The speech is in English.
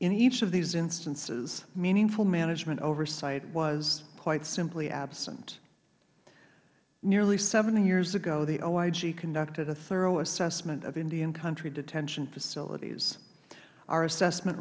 in each of these instances meaningful management oversight was quite simply absent nearly hyears ago the oig conducted a thorough assessment of indian country detention facilities our assessment